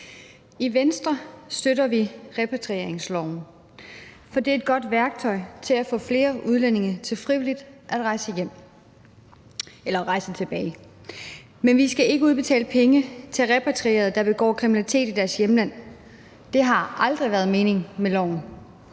I Venstre støtter vi repatrieringsloven, for det er et godt værktøj til at få flere udlændinge til frivilligt at rejse hjem eller rejse tilbage til et tidligere opholdsland. Men vi skal ikke udbetale penge til repatrierede, der begår kriminalitet i deres hjemland. Det har aldrig været meningen med loven.